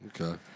Okay